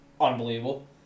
Unbelievable